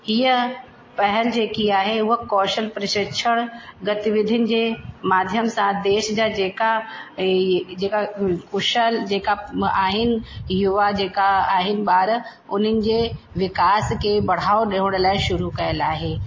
हीअ पहल जेकी आहे उहा कौशल प्रशिक्षण गतिविधियुनि जे माध्यम सां देश जा जेका जेका कुशल जेका आहिनि युवा जेका आहिनि ॿार उनन जे विकास खे पढ़ाव ॾेयण लाइ शुरू कयल आहे